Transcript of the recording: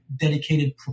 dedicated